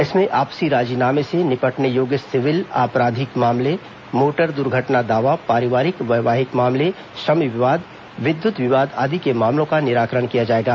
इसमें आपसी राजीनामे से निपटने योग्य सिविल आपराधिक मामले मोटर दुर्घटना दावा पारिवारिक वैवाहिक मामले श्रम विवाद विद्युत विवाद आदि के मामलों का निराकरण किया जाएगा